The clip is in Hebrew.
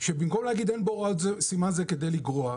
במקום להגיד אין בהוראות סימן זה כדי לגרוע,